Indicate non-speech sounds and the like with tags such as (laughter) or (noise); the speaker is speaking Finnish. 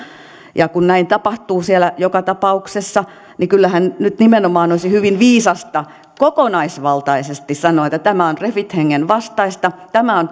ja kun näin tapahtuu siellä joka tapauksessa niin kyllähän nyt nimenomaan olisi hyvin viisasta kokonaisvaltaisesti sanoa että tämä on refit hengen vastaista tämä on (unintelligible)